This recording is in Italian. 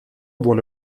vuole